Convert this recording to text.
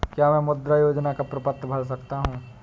क्या मैं मुद्रा योजना का प्रपत्र भर सकता हूँ?